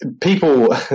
people